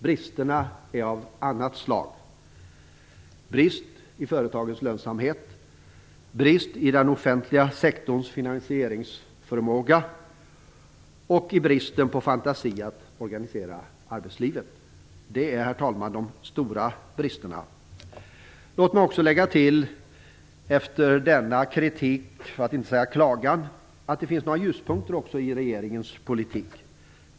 Bristerna är av annat slag: brist i företagets lönsamhet, brist i den offentliga sektorns finansieringsförmåga och brist på fantasi att organisera arbetslivet. Det är, herr talman, de stora bristerna. Låt mig också efter denna kritik - för att inte säga klagan - lägga till att det också finns ljuspunkter i regeringens politik.